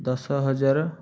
ଦଶ ହଜାର